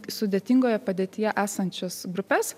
sudėtingoje padėtyje esančias grupes